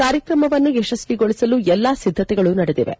ಕಾರ್ಯಕ್ರಮವನ್ನು ಯಶಸ್ವಿಗೊಳಿಸಲು ಎಲ್ಲ ಸಿದ್ಗತೆಗಳು ನಡೆದಿವೆ